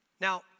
Now